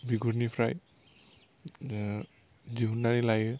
बिगुरनिफ्राय दिहुन्नानै लायो